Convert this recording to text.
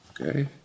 Okay